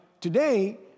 today